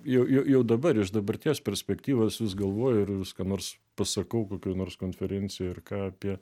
jau jau jau dabar iš dabarties perspektyvos vis galvoju ir vis ką nors pasakau kokioj nors konferencijoj ir ką apie